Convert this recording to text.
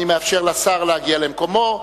אני מאפשר לשר להגיע למקומו.